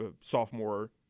sophomore